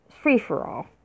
free-for-all